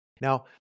Now